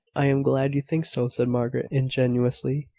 i am glad you think so, said margaret, ingenuously.